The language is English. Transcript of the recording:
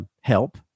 help